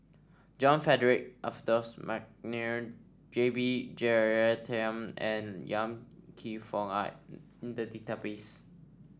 John Frederick Adolphus McNair J B Jeyaretnam and Kam Kee Yong are in the database